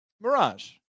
mirage